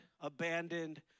abandoned